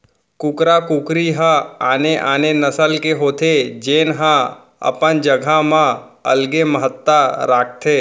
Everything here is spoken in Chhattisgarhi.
कुकरा कुकरी ह आने आने नसल के होथे जेन ह अपन जघा म अलगे महत्ता राखथे